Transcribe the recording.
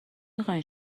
خاین